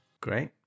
Great